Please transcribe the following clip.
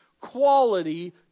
quality